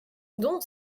dont